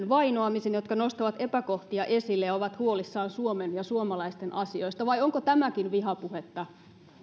vainoamisen jotka nostavat epäkohtia esille ja ovat huolissaan suomen ja suomalaisten asioista vai onko tämäkin vihapuhetta